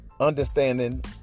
understanding